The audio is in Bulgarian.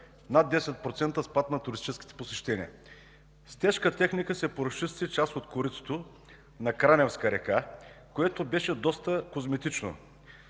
над 10% спад на туристическите посещения. С тежка техника се поразчисти част от коритото на Краневска река, което беше доста козметично.